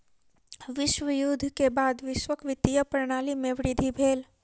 विश्व युद्ध के बाद वैश्विक वित्तीय प्रणाली में वृद्धि भेल